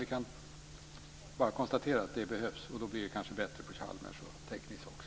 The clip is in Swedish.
Vi kan bara konstatera att den förstärkningen behövs. Då blir det kanske också bättre på Chalmers och Tekniska högskolan.